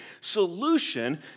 solution